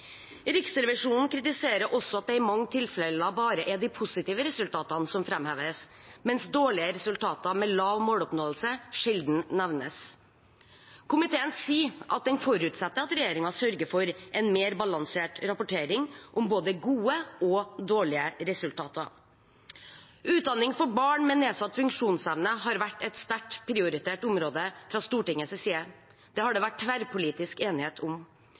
Riksrevisjonen kritiserer også at det i mange tilfeller bare er de positive resultatene som framheves, mens dårlige resultater med lav måloppnåelse sjelden nevnes. Komiteen sier at den forutsetter at regjeringen sørger for en mer balansert rapportering av både gode og dårlige resultater. Utdanning for barn med nedsatt funksjonsevne har vært et sterkt prioritert område fra Stortingets side, det har det vært tverrpolitisk enighet om.